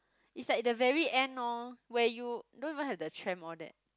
it's like the very end orh where you don't even have the tram all that